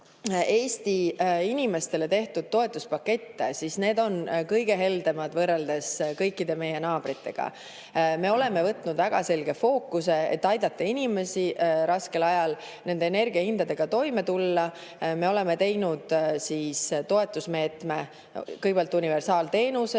Eesti inimestele tehtud toetuspakette, siis need on kõige heldemad, kui võrrelda kõikide meie naabritega. Me oleme on võtnud väga selge fookuse, et aidata inimestel raskel ajal nende energiahindadega toime tulla. Me oleme teinud kõigepealt universaalteenuse,